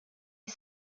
est